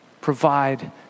provide